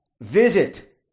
visit